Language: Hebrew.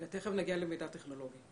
תכף נגיע למידע טכנולוגי.